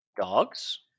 Dogs